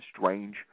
strange